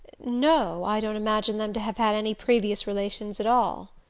no i don't imagine them to have had any previous relations at all.